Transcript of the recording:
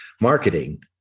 marketing